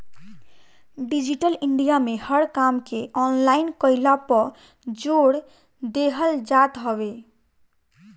digital India में हर काम के ऑनलाइन कईला पअ जोर देहल जात हवे